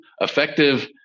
effective